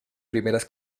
primeras